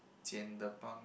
Pang